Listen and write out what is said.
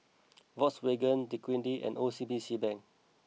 Volkswagen Dequadin and O C B C Bank